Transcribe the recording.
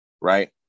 right